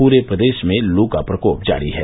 पूरे प्रदेश में लू का प्रकोप जारी है